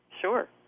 Sure